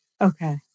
Okay